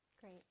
Great